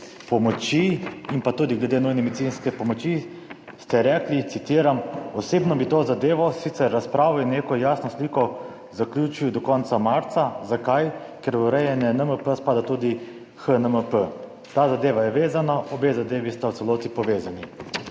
pomoči in tudi glede nujne medicinske pomoči, ste rekli, citiram: »Osebno bi to zadevo, sicer razpravo in neko jasno sliko, zaključil do konca marca. Zakaj? Ker v urejanje NMP spada tudi HNMP. Ta zadeva je vezana. Obe zadevi sta v celoti povezani.«